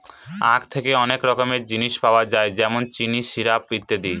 আঁখ থেকে অনেক রকমের জিনিস পাওয়া যায় যেমন চিনি, সিরাপ, ইত্যাদি